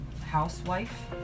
Housewife